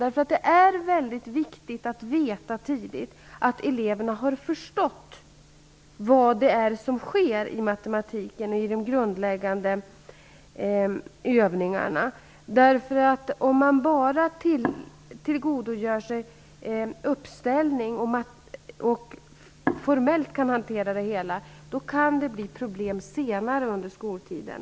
Det är nämligen väldigt viktigt att tidigt veta att eleverna har förstått vad det är som sker i de grundläggande övningarna i matematiken. Om man enbart tillgodogör sig uppställningar och bara formellt kan hantera det hela, kan man nämligen få problem senare under skoltiden.